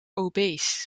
obees